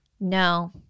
No